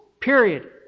Period